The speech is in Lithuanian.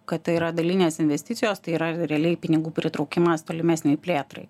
kad tai yra dalinės investicijos tai yra realiai pinigų pritraukimas tolimesnei plėtrai